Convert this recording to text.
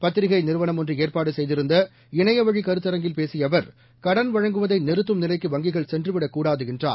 பத்திரிகை நிறுவனம் ஒன்று ஏற்பாடு செய்திருந்த இணையவழி கருத்தரங்கில் பேசிய அவர் கடன் வழங்குவதை நிறுத்தும் நிலைக்கு வங்கிகள் சென்றுவிடக் கூடாது என்றார்